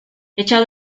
echad